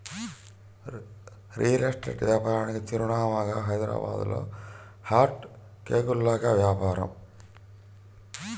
real estate వ్యాపారానికి చిరునామాగా హైదరాబాద్లో హాట్ కేకుల్లాగా వ్యాపారం